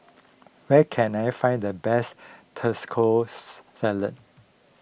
where can I find the best Salad